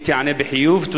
היא תיענה בחיוב?